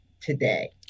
today